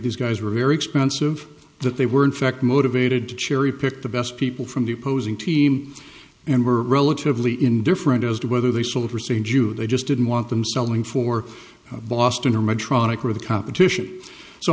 these guys were very expensive that they were in fact motivated to cherry pick the best people from the opposing team and were relatively indifferent as to whether they sold or st jude they just didn't want them selling for boston or my tronic or the competition so